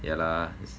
yeah lah